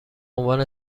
عنوان